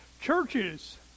Churches